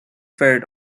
ferret